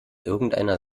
irgendeiner